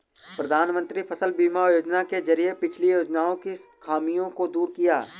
प्रधानमंत्री फसल बीमा योजना के जरिये पिछली योजनाओं की खामियों को दूर किया